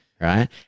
right